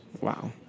Wow